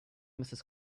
mrs